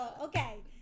okay